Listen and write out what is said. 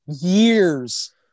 years